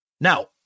Now